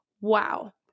Wow